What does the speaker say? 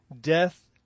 Death